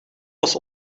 was